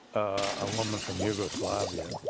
a woman from yugoslavia.